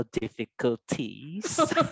difficulties